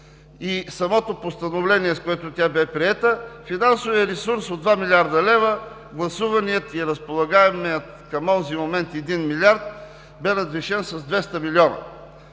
и самото постановление, с което тя бе приета, финансовият ресурс от 2 млрд. лв. – гласуваният и разполагаемият към онзи момент 1 милиард, бе надвишен с 200 милиона.